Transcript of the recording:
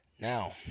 Now